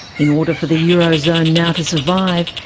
in order for the euro zone now to survive,